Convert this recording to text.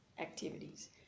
activities